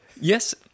yes